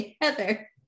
Heather